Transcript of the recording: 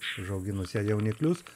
išauginusi jauniklius